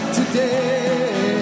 today